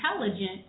intelligent